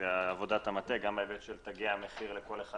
עבודת המטה גם בהיבט של תג מחיר לכל אחד